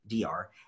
dr